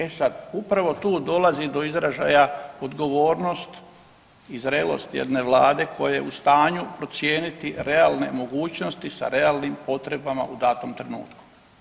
E sad, upravo tu dolazi do izražaja odgovornost i zrelost jedne Vlade koja je u stanju procijeniti realne mogućnosti sa realnim potrebama u datom trenutku.